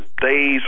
days